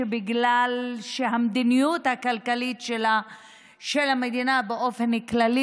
שבגלל שהמדיניות הכלכלית של המדינה באופן כללי